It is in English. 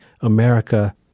America